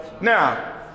Now